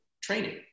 training